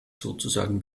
sozusagen